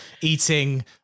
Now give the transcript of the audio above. eating